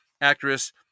actress